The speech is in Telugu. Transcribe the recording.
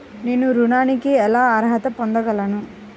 నేను ఋణానికి ఎలా అర్హత పొందగలను?